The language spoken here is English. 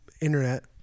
internet